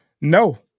no